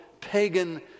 pagan